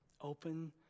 Open